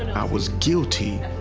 i was guilty,